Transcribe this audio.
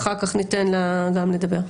ואחר כך ניתן לה גם לדבר.